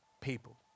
people